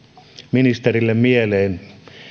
ministerille mieleen